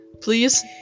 Please